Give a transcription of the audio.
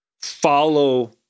follow